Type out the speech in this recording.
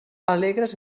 alegres